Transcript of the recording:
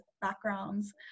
backgrounds